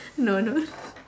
no no